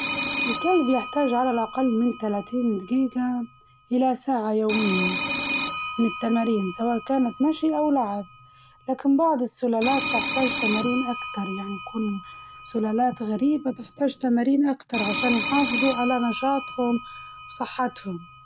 الكلب يحتاج على الأقل من تلاتين دقيقة إلى ساعة يومياً من التمارين سواء كانت مشي أو لعب، لكن بعض السلالات تحتاج تمارين أكتر يعني يكون سلالات غريبة تحتاج تمارين أكتر عشان يحافظوا على نشاطهم وصحتهم.